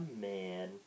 man